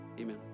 amen